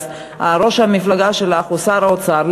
וראש המפלגה שלך הוא שר האוצר,